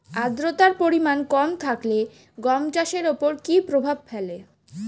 আদ্রতার পরিমাণ কম থাকলে গম চাষের ওপর কী প্রভাব ফেলে?